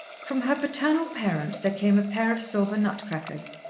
from her paternal parent there came a pair of silver nut-crackers,